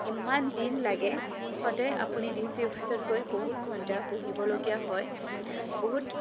ইমান দিন লাগে সদায় আপুনি ডি চি অফিচত গৈ বহুত ঘণ্টা বহিবলগীয়া হয় বহুত